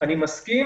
אני מסכים